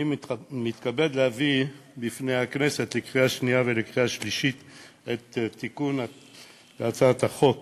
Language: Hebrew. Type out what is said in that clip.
אני מתכבד להביא לפני הכנסת לקריאה שנייה ולקריאה שלישית את הצעת החוק